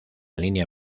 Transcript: línea